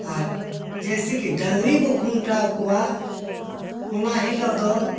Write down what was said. ᱟᱨ ᱡᱮᱭᱥᱮᱠᱤ ᱰᱟᱹᱝᱨᱤ ᱵᱚᱱ ᱠᱷᱩᱱᱴᱟᱹᱣ ᱠᱚᱣᱟ ᱚᱱᱟ ᱦᱤᱞᱳᱜ ᱫᱚ